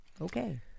Okay